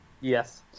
yes